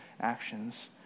actions